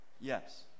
Yes